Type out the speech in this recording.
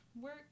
work